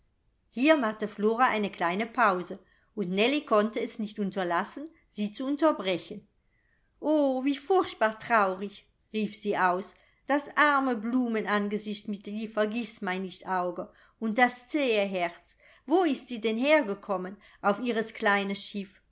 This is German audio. hier machte flora eine kleine pause und nellie konnte es nicht unterlassen sie zu unterbrechen o wie furchtbar traurig rief sie aus das arme blumenangesicht mit die vergißmeinnichtsauge und das zähe herz wo ist sie denn hergekommen auf ihres kleines schiff